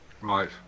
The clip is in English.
Right